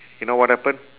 you know what happened